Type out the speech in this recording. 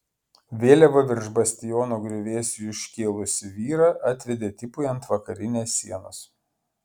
vėliavą virš bastiono griuvėsių iškėlusį vyrą atvedė tipui ant vakarinės sienos